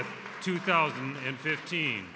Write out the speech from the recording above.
h two thousand and fifteen